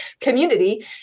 community